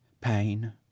Pain